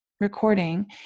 recording